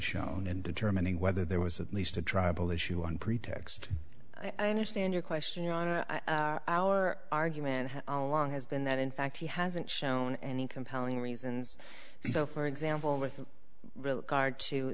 shown and determining whether there was at least a tribal issue one pretext i understand your question on our argument along has been that in fact he hasn't shown any compelling reasons so for example with regard to